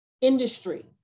industry